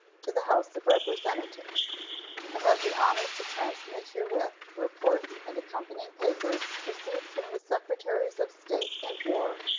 to the house of representatives i have the honor to transmit herewith reports and accompanying papers received from the secretaries of state and war,